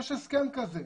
יש הסכם כזה.